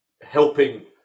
helping